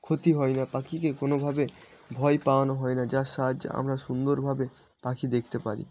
ক্ষতি হয় না পাখিকে কোনোভাবে ভয় পাওয়ানো হয় না যার সাহায্যে আমরা সুন্দরভাবে পাখি দেখতে পারি